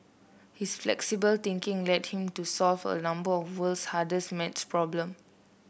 his flexible thinking led him to solve a number of world's hardest maths problem